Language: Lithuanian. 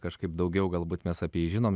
kažkaip daugiau galbūt mes apie jį žinom